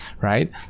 right